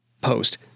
post